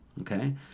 Okay